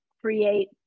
create